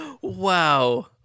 Wow